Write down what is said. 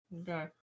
Okay